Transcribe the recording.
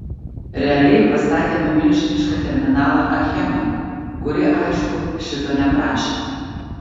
realiai pastatėme milžinišką terminalą achemai kuri aišku šito neprašė